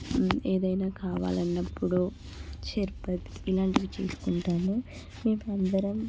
ఏదైనా కావాలన్నప్పుడు షర్బత్ ఇలాంటివి చేసుకుంటాము మేమందరం